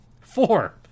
Four